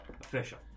Official